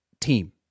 team